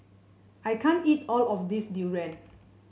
I can't eat all of this durian